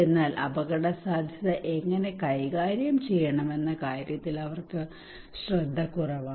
എന്നാൽ അപകടസാധ്യത എങ്ങനെ കൈകാര്യം ചെയ്യണമെന്ന കാര്യത്തിൽ അവർക്ക് ശ്രദ്ധ കുറവാണ്